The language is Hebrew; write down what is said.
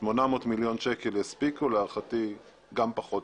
800 מיליון שקלים יספיקו ולהערכתי גם קצת פחות.